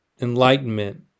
Enlightenment